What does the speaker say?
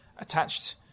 attached